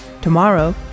Tomorrow